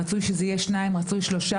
רצוי שאלה יהיו שניים או שלושה,